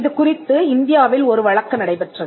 இது குறித்து இந்தியாவில் ஒரு வழக்கு நடைபெற்றது